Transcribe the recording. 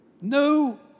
No